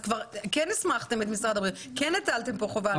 כן הסמכתם את משרד הבריאות וכן הטלתם כאן חובה.